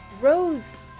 Rose